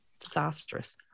disastrous